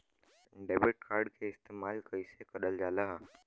Debit card के इस्तेमाल कइसे करल जाला?